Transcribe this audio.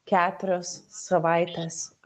keturios savaitės